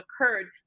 occurred